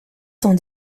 cent